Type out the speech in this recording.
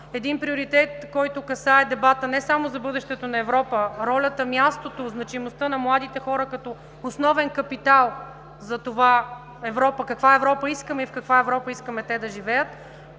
един приоритет, който касае дебата не само за бъдещето на Европа, а ролята, мястото, значимостта на младите хора като основен капитал, за това каква Европа искаме и в каква Европа искаме те да живеят.